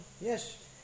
Yes